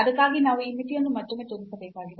ಅದಕ್ಕಾಗಿ ನಾವು ಈ ಮಿತಿಯನ್ನು ಮತ್ತೊಮ್ಮೆ ತೋರಿಸಬೇಕಾಗಿದೆ